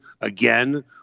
again